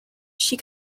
she